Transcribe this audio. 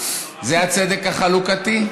זה הצדק החלוקתי?